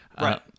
Right